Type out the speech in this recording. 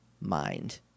mind